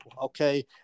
Okay